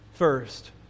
First